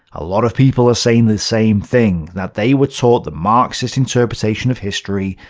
a lot of people are saying the same thing that they were taught the marxist-interpretation of history,